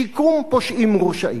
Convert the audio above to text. שיקום פושעים מורשעים.